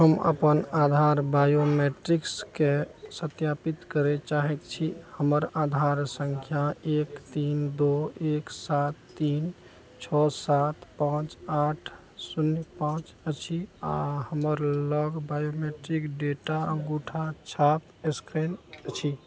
हम अपन आधार बायोमेट्रिक्सके सत्यापित करय चाहैत छी हमर आधार सङ्ख्या एक तीन दो एक सात तीन छओ सात पाँच आठ शुन्य पाँच अछि आओर हमर लग बायोमेट्रिक डेटा अङ्गूठा छाप स्कैन अछी